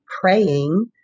praying